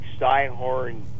Steinhorn